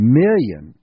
million